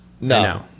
No